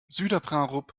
süderbrarup